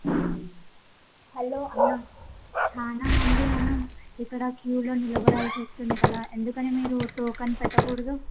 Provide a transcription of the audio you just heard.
hello అన్నా చాలా మంది మనం ఇక్కడ క్యూలో నిలబడాల్సి వస్తోంది కదా ఎందుకని మీరు టోకన్ పెట్టకూడదు